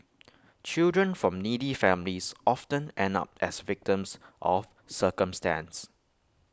children from needy families often end up as victims of circumstance